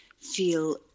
feel